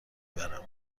برم